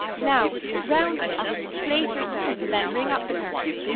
now, roundheads, place yourselves, and then ring up the curtain.